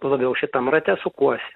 labiau šitam rate sukuosi